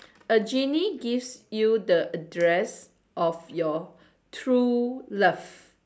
a genie gives you the address of your true love